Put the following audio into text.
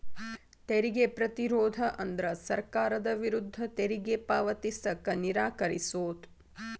ತೆರಿಗೆ ಪ್ರತಿರೋಧ ಅಂದ್ರ ಸರ್ಕಾರದ ವಿರುದ್ಧ ತೆರಿಗೆ ಪಾವತಿಸಕ ನಿರಾಕರಿಸೊದ್